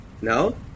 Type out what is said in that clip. no